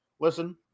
listen